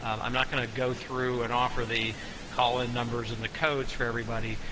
i'm not going to go through and offer the call-in numbers and the codes for everybody,